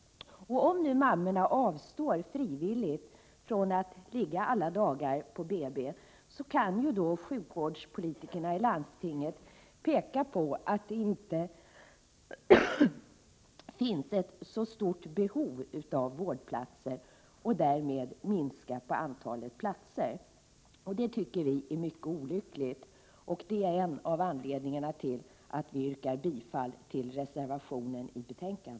Om nu mammorna avstår frivilligt från att ligga alla dagar på BB, kan sjukvårdspolitikerna i landstingen peka på att det inte finns så stort behov av vårdplatser och därmed minska antalet platser. Det tycker vi är mycket olyckligt, och det är en av anledningarna till att vi yrkar bifall till reservationen.